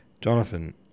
Jonathan